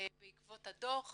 בעקבות הדו"ח